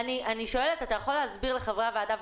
אתה יכול להסביר לחברי הוועדה,